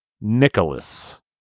Nicholas